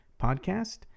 podcast